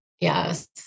Yes